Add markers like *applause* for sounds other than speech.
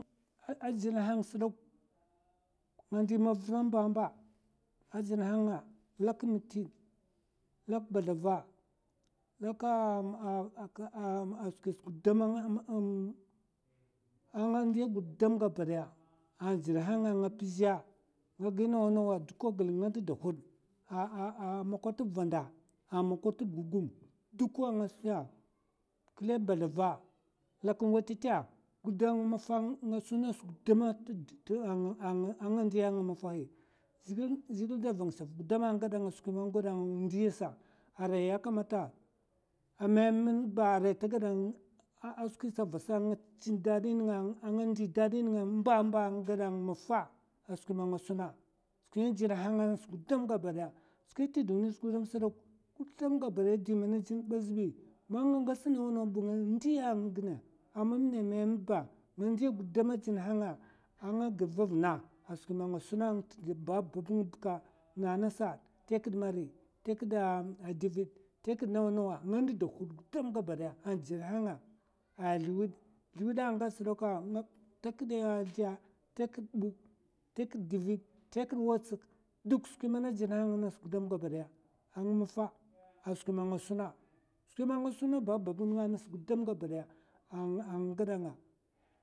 A jina han sdok, nga di mavr a mbamba a jina hanga. lak mètid, lak bathava, *hesitation* lak skwis gudam *hesitation* a nga ndiya gudam gabadaya a jina han nga pzè nga gi nawa naw duka gl na d'da hud, a mokotub vanda, a mokotub gugum duka nga siya. klèb bathava, lak ng'wètètè, gudam ng mafa ng sun nas *hesitation* a nga ndiya ng mafai. zhègil da van shaf gudam a ngada skwi ma nga gwada ng ndiya sa. arai ya kamata a mèm nba ta gada *hesitation* a skwi sa vasa a nga chin dadi nènga, a nga ndi dadi nènga a mbamba nga'gada ng mafa a skwi ma nga suna skwin jina ha nga nga ngs gudam gabadaya skwin nt duni gudam sdok, gudam gabadaya di man chin aa zbi nga ngwats nawa nawb nga ndiya ng'gina a mam na mèmèm mba nga ndiya gudam a jina ha nga a nga ga tha vuna a skwi ma nga suna nga a gid ba babb ng bka nènga ngasa ta kid mari, ta kid dvid tè kid nawa nawa nga ndda hud kilik gaba daya a jina ha nga a zlwèd, zlwèd ngas dakwa tè kiɓa zlè. tè kiɓ auk, tè dvid, tè kiɓ watsak, duk skwi mana jina ha nga nas gudam gaba daya ang mafa a skwi man nga sun gabadaya. skwi man nga sun a ba babb nga nas gudam gabadaya ah a nga gada nga.